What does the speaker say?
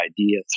idea